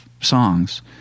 songs